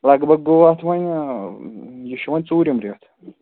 لگ بگ گوٚو اَتھ وۅنۍ یہِ چھُ وۅنۍ ژوٗرِم رٮ۪تھ